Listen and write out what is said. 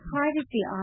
Privacy